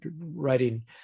writing